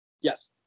Yes